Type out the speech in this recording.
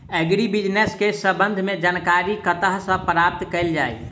Agri business केँ संबंध मे जानकारी कतह सऽ प्राप्त कैल जाए?